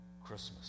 Christmas